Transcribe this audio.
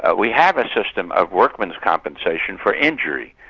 but we have a system of workmen's compensation for injury.